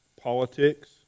politics